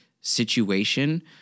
situation